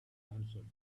answered